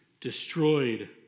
destroyed